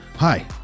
Hi